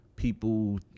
people